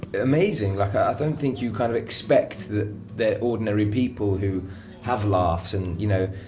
amazing. like, i don't think you kind of expect that they're ordinary people who have laughs and, you know,